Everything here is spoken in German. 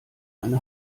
eine